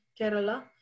Kerala